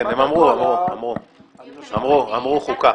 הם אמרו ועדת חוקה.